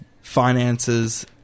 finances